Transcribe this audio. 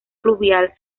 fluvial